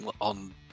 on